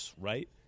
right